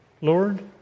Lord